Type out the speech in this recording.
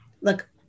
Look